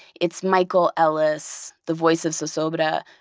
it's michael ellis, the voice of so so but